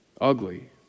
Ugly